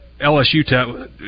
LSU